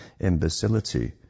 imbecility